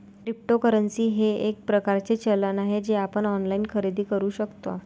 cryptocurrency हे एक प्रकारचे चलन आहे जे आपण ऑनलाइन खरेदी करू शकता